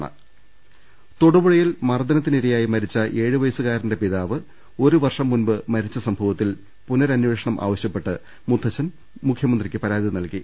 രുവെട്ടിടു തൊടുപുഴയിൽ മർദ്ദനത്തിനിരയായി മരിച്ച ഏഴുവയസ്സുകാരന്റെ പിതാ വ് ഒരുവർഷം മുമ്പ് മരിച്ച സംഭവത്തിൽ പുനരനേഷണം ആവശ്യപ്പെട്ട് മുത്ത ച്ഛൻ മുഖ്യമന്ത്രിക്ക് പരാതി നൽകി